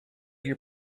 your